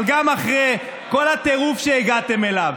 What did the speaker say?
אבל גם אחרי כל הטירוף שהגעתם אליו,